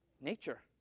Nature